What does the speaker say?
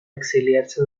exiliarse